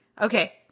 okay